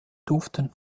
duften